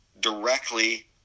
directly